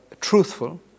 truthful